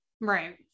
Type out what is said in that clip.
Right